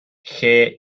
lle